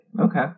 Okay